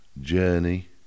Journey